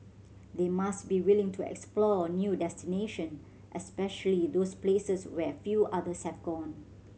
they must be willing to explore new destination especially those places where few others have gone